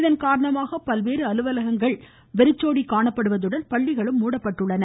இதன் காரணமாக பல்வேறு அலுவலகங்கள் வெறிச்சோடி காணப்படுவதுடன் பள்ளிகளும் மூடப்பட்டுள்ளன